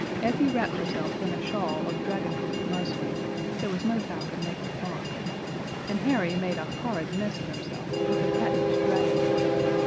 effie wrapped herself in a shawl of dragonproof muslin there was no time to make the frock and harry made a horrid mess of himself with the patent dragon poison.